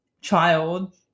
child